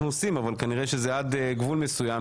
עושים אבל כנראה שזה עד גבול מסוים.